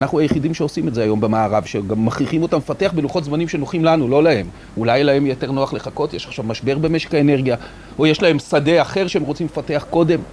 אנחנו היחידים שעושים את זה היום במערב, שגם מכריחים אותם לפתח בלוחות זמנים שנוחים לנו, לא להם. אולי להם יותר נוח לחכות, יש עכשיו משבר במשק האנרגיה, או יש להם שדה אחר שהם רוצים לפתח קודם.